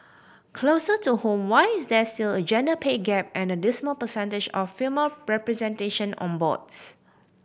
closer to home why is there still a gender pay gap and a dismal percentage of female representation on boards